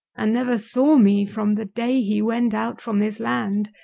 and never saw me from the day he went out from this land,